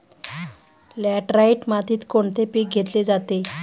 Laterite मातीत कोणते पीक घेतले जाते?